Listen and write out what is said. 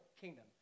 kingdom